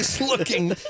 looking